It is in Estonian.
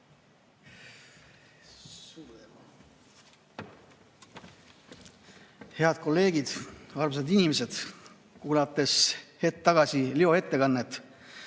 Head kolleegid, armsad inimesed! Kuulasime hetk tagasi Leo ettekannet.